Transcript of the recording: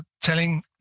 telling